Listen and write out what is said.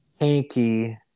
hanky